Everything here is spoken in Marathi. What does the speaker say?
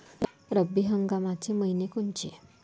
रब्बी हंगामाचे मइने कोनचे?